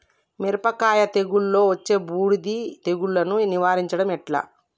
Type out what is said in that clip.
మిరపకాయ తెగుళ్లలో వచ్చే బూడిది తెగుళ్లను నివారించడం ఎట్లా?